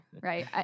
right